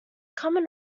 common